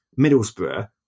Middlesbrough